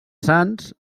sants